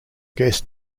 guest